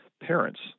parents